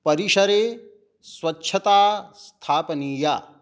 परिसरे स्वच्छता स्थापनीया